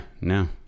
no